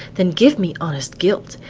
then give me honest guilt!